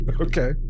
Okay